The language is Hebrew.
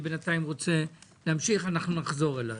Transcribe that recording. בינתיים אני רוצה להמשיך, ואנחנו נחזור אלייך.